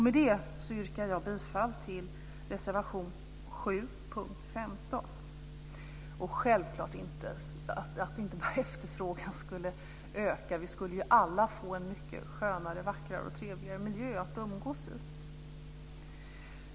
Med det yrkar jag bifall till reservation 7 under punkt 15. Självklart skulle inte bara efterfrågan öka. Vi skulle alla få en mycket skönare, vackrare och trevligare miljö att umgås i.